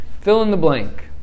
fill-in-the-blank